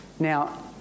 Now